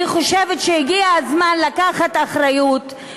אני חושבת שהגיע הזמן לקחת אחריות,